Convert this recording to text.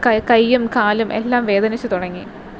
കൈയും കാലും എല്ലാം വേദനിച്ചു തുടങ്ങി